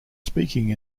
speaking